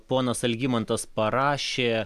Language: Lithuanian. ponas algimantas parašė